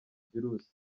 virusi